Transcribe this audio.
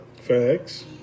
Facts